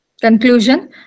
Conclusion